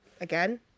again